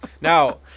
Now